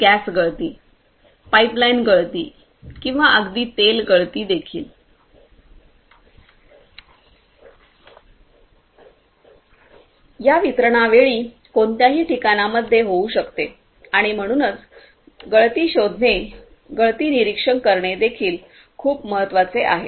तर गॅस गळती पाइपलाइन गळती किंवा अगदी तेल गळतीदेखील या वितरणा वेळी कोणत्याही ठिकाणांमध्ये होऊ शकते आणि म्हणूनच गळती शोधणे गळती निरीक्षण करणे देखील खूप महत्वाचे आहे